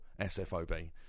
SFOB